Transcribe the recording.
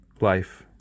life